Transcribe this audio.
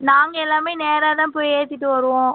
நாங்கள் எல்லாமே நேராக தான் போய் ஏற்றிட்டு வருவோம்